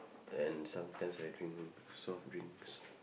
and sometimes I drink soft drinks